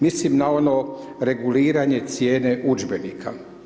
Mislim na ono reguliranje cijene udžbenika.